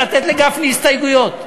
לתת לגפני הסתייגויות.